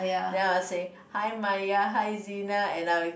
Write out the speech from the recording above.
then I will say hi Mya hi Zyan and I